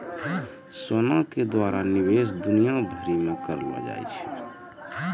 सोना के द्वारा निवेश दुनिया भरि मे करलो जाय छै